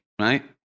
right